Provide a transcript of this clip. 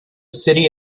city